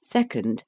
second,